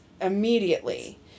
immediately